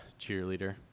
cheerleader